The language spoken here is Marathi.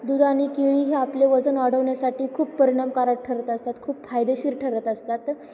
दूध आणि केळी हे आपले वजन वाढवण्यासाठी खूप परिणामकारक ठरत असतात खूप फायदेशीर ठरत असतात